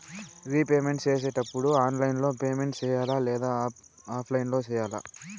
repayment సేసేటప్పుడు online లో payment సేయాలా లేదా ఆఫ్లైన్ లో సేయాలా